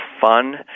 fun